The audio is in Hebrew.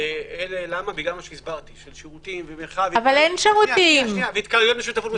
- שירותים ומרחב והתקהלויות משותפות,